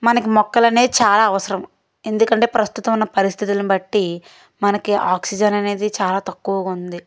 మనకి మొక్కలనేవి చాలా అవసరం ఎందుకంటే ప్రస్తుతం ఉన్న పరిస్థితులను బట్టి మనకి ఆక్సిజన్ అనేది చాలా తక్కువగా ఉంది